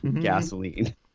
Gasoline